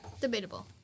Debatable